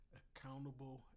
accountable